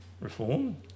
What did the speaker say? reform